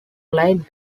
laid